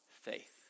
faith